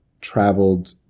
traveled